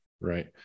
Right